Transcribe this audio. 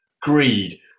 greed